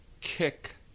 kick